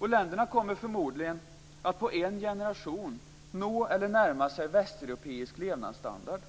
Länderna kommer förmodligen att på en generation nå eller närma sig västeuropeisk levnadsstandard.